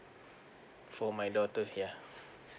for my daughter yeah